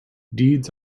deeds